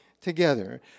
together